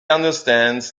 understands